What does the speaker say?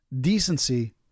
Decency